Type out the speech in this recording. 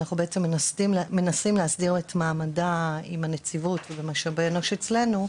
אנחנו מנסים להסדיר את מעמדה עם הנציבות ועם משאבי אנוש אצלנו,